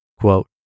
Quote